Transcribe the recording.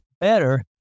better